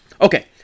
Okay